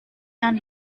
yang